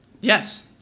Yes